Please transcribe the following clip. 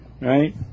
Right